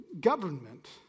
government